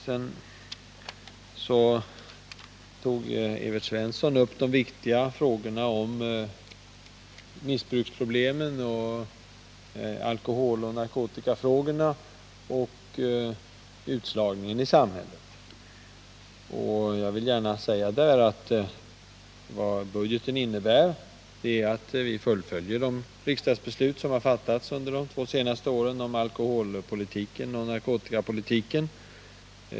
Sedan tog Evert Svensson upp de viktiga alkoholoch narkotikafrågorna, andra missbruksproblem och utslagningen i samhället. Vad budgeten innebär därvidlag är att vi fullföljer de riksdagsbeslut som har fattats under de senaste två åren om alkoholpolitiken och narkotikapolitiken.